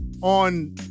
on